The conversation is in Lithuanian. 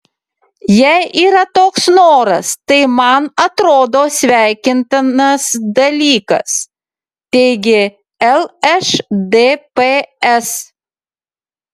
jei yra toks noras tai man atrodo sveikintinas dalykas teigė lšdps